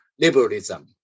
Liberalism